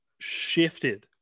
shifted